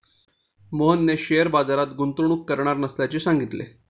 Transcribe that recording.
मोहनने शेअर बाजारात गुंतवणूक करणार नसल्याचे सांगितले